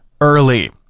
early